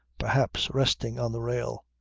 perhaps, resting on the rail.